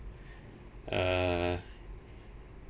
uh